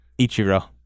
Ichiro